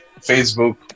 Facebook